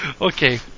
Okay